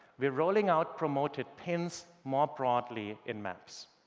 we're rolling out promoted pins more broadly in maps.